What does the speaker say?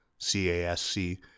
CASC